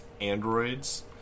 Androids